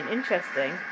Interesting